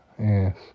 Yes